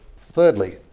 Thirdly